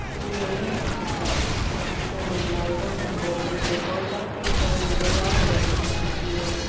पतलून इहे सभु सिखिया पर जेसिताईं मां ब्लाऊज़नि ऐं ड्रेसुनि ते पहुचां तेसिताईं मुंहिंजो यारहों दरिजो चालू थी वियो